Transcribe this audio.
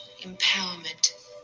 empowerment